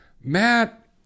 Matt